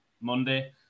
Monday